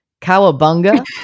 cowabunga